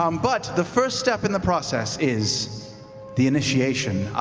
um but the first step in the process is the initiation.